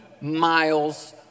miles